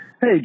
Hey